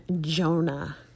Jonah